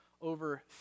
Over